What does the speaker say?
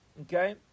okay